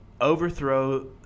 overthrow